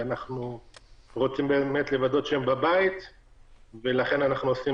ואנחנו רוצים באמת לוודא שהם בבית ולכן אנחנו עושים